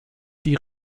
die